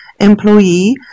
employee